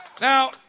Now